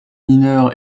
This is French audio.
mineur